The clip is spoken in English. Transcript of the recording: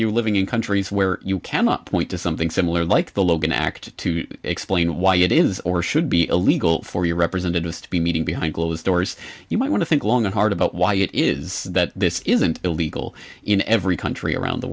you living in countries where you cannot point to something similar like the logan act to explain why it is or should be illegal for your representatives to be meeting behind closed doors you might want to think long and hard about why it is that this isn't illegal in every country around the